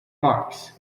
marx